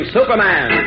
Superman